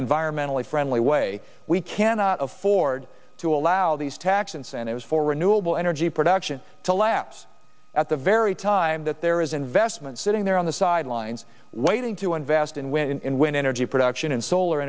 environmentally friendly way we cannot afford to allow these tax incentives for renewable energy production to lapse at the very time that there is investment sitting there on the sidelines waiting to invest in when wind energy production and solar